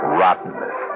rottenness